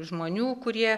žmonių kurie